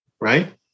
right